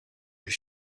his